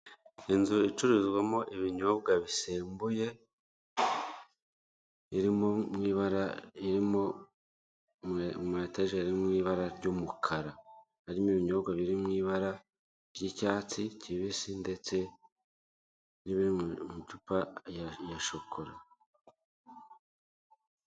Inzu y'ubucuruzi icururizwamo ibinyobwa, biri mu icupa ry'icyatsi kibisi ndetse n'ibirahura by'umweru n'ameza ya shokora na etajeri itagaragara neza.